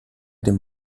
dem